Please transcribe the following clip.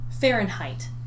Fahrenheit